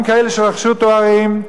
גם כאלה שרכשו תארים,